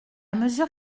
mesure